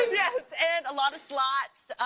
yeah, and a lot of slots,